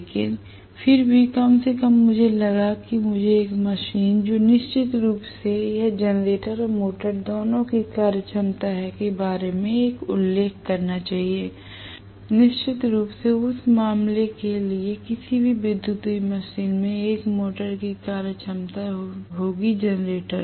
लेकिन फिर भी कम से कम मुझे लगा कि मुझे एक मशीन जो निश्चित रूप से यह जनरेटर और मोटर दोनों की कार्यक्षमता है के बारे में एक निश्चित उल्लेख करना चाहिए निश्चित रूप से उस मामले के लिए किसी भी विद्युत मशीन में एक मोटर की कार्यक्षमता होगी जनरेटर